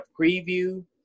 preview